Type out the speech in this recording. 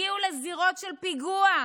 הגיעו לזירות של פיגוע,